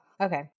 Okay